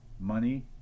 money